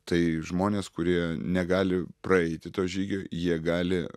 tai žmonės kurie negali praeiti to žygio jie gali